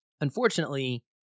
unfortunately